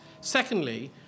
Secondly